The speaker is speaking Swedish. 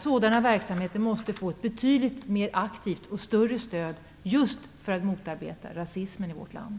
Sådana verksamheter måste få ett betydligt mer aktivt och större stöd, just för att motverka rasismen i vårt land.